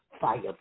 Fire